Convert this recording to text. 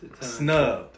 snub